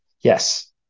yes